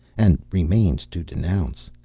and remained to denounce.